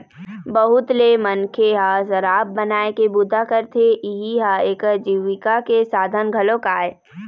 बहुत ले मनखे ह शराब बनाए के बूता करथे, इहीं ह एखर जीविका के साधन घलोक आय